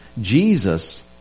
Jesus